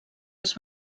els